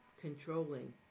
controlling